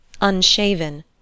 Unshaven